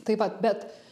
tai vat bet